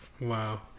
wow